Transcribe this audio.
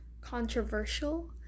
controversial